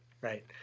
Right